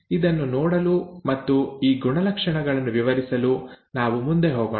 ಇದನ್ನು ನೋಡಲು ಮತ್ತು ಈ ಗುಣಲಕ್ಷಣಗಳನ್ನು ವಿವರಿಸಲು ನಾವು ಮುಂದೆ ಹೋಗೋಣ